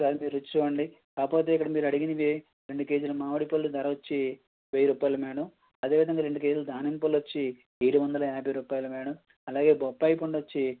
ఒకసారి మీరు రుచి చూడండి కాపోతే ఇప్పుడు మీరు అడిగినవి రెండు కేజీల మామిడిపళ్ళు ధరొచ్చి వెయ్యి రూపాయలు మేడం అలాగే అదే విధంగా రెండు కేజీల దానిమ్మపళ్ళొచ్చి ఏడువందల యాభై రూపాయలు అలాగే మేడం అలాగే బొప్పాయి పండొచ్చి